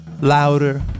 louder